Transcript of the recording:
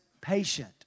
patient